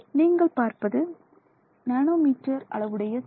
நீங்கள் பார்ப்பது nanometre அளவுடைய ஸ்கேல்